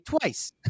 twice